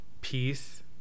peace